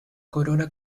corona